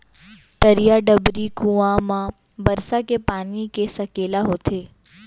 तरिया, डबरी, कुँआ म बरसा के पानी के सकेला होथे